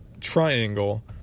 triangle